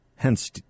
Hence